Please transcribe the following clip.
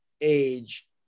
age